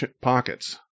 pockets